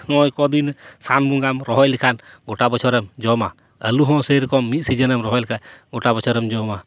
ᱱᱚᱜᱼᱚᱭ ᱠᱚᱫᱤᱱ ᱥᱟᱱ ᱵᱚᱸᱜᱟᱢ ᱨᱚᱦᱚᱭ ᱞᱮᱠᱷᱟᱱ ᱜᱚᱴᱟ ᱵᱚᱪᱷᱚᱨᱮᱢ ᱡᱚᱢᱟ ᱟᱞᱩ ᱦᱚᱸ ᱥᱮ ᱨᱚᱠᱚᱢ ᱢᱤᱫ ᱥᱤᱡᱤᱱᱮᱢ ᱨᱚᱦᱚᱭ ᱞᱮᱠᱷᱟᱱ ᱜᱚᱴᱟ ᱵᱚᱪᱷᱚᱨᱮᱢ ᱡᱚᱢᱟ